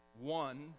One